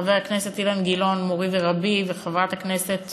חבר הכנסת אילן גילאון, מורי ורבי, וחברת הכנסת